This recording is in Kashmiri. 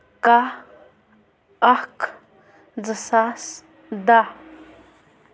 کاہ اکھ زٕ ساس دَہ